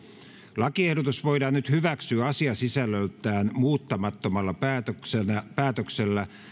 lakiehdotus voidaan nyt hyväksyä asiasisällöltään muuttamattomana päätöksellä päätöksellä